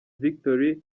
victory